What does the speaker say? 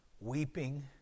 Weeping